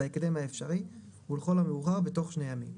בהקדם האפשרי ולכל המאוחר בתוך שני ימים,